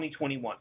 2021